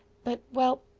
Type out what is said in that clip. but, well,